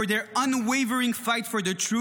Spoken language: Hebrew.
for their unwavering fight for the truth